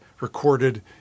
recorded